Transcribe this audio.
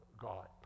God